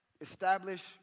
establish